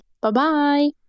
Bye-bye